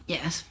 Yes